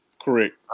Correct